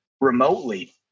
remotely